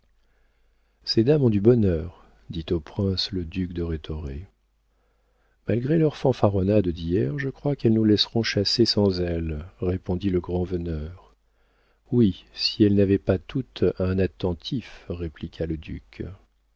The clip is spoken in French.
ces dames ont du bonheur dit au prince le duc de rhétoré malgré leurs fanfaronnades d'hier je crois qu'elles nous laisseront chasser sans elles répondit le grand-veneur oui si elles n'avaient pas toutes un attentif répliqua le duc